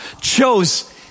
chose